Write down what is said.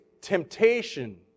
temptation